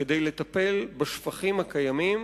כדי לטפל בשפכים הקיימים.